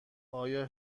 آیا